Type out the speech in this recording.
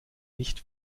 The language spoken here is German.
nicht